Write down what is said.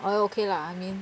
orh okay lah I mean